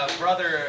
brother